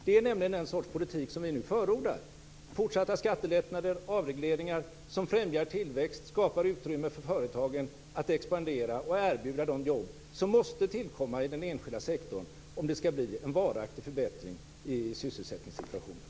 Det är nämligen den sorts politik som vi nu förordar: fortsatta skattelättnader, avregleringar som främjar tillväxt och skapar utrymme för företagen att expandera och erbjuda de jobb som måste tillkomma i den enskilda sektorn om det skall bli en varaktig förbättring i sysselsättningssituationen.